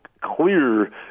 clear